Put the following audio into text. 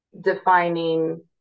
defining